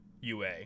UA